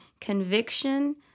conviction